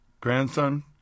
grandson